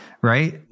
right